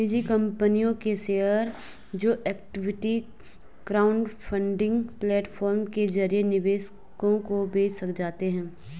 निजी कंपनियों के शेयर जो इक्विटी क्राउडफंडिंग प्लेटफॉर्म के जरिए निवेशकों को बेचे जाते हैं